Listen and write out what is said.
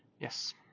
Yes